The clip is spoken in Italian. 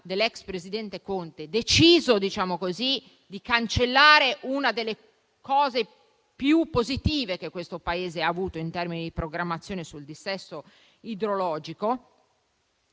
dell'ex presidente Conte, di cancellare una delle misure più positive che questo Paese aveva avuto in termini di programmazione sul dissesto idrologico.